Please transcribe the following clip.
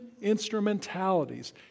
instrumentalities